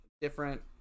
different